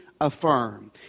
affirm